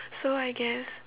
so I guess